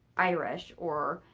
irish or